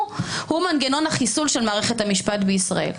מנגנון החיסול של מערכת המשפט בישראל.